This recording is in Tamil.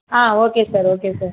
ah okay sir okay sir